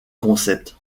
concept